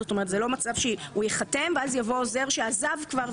זאת אומרת שאין מצב שהוא ייחתם ואז יבוא עוזר שעזב כבר,